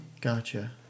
Gotcha